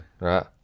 Right